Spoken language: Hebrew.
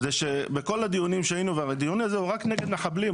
שבכל הדיונים שהיינו והדיון הזה הוא רק נגד מחבלים,